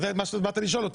זה מה שבאת לשאול אותי.